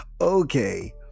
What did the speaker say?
Okay